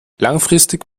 langfristig